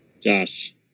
Josh